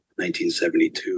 1972